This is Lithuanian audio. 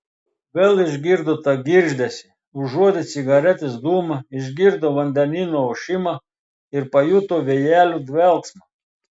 vėl išgirdo tą girgždesį užuodė cigaretės dūmą išgirdo vandenyno ošimą ir pajuto vėjelio dvelksmą